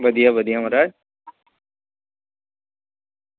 बधिया बधिया महाराज